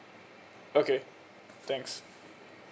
okay thanks